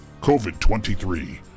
COVID-23